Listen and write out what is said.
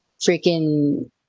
freaking